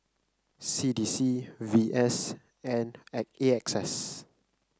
C D C V S and A E X S